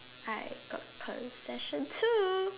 I got pearl session too